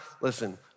listen